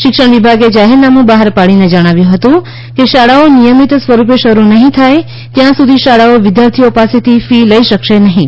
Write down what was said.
શિક્ષણ વિભાગે જાહેરનામું બહાર પાડીને જણાવ્યું હતું કે શાળાઓ નિયમિત સ્વરૂપે શરૂ નહીં થાય ત્યાં સુધી શાળાઓ વિદ્યાર્થીઓ પાસેથી ફી લઈ શકશે નહીં